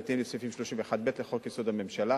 בהתאם לסעיף 31(ב) לחוק-יסוד: הממשלה,